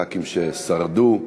לח"כים ששרדו,